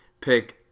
pick